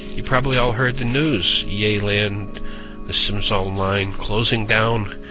you probably all heard the news, yeah ea-land the sims online, closing down.